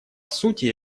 сути